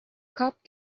cop